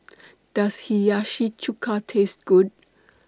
Does Hiyashi Chuka Taste Good